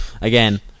Again